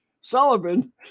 Sullivan